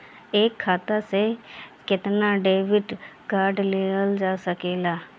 एक खाता से केतना डेबिट कार्ड लेहल जा सकेला?